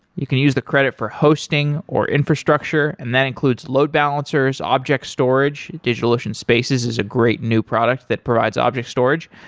you can use the credit for hosting, or infrastructure, and that includes load balancers, object storage. digitalocean spaces is a great new product that provides object storage,